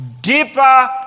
deeper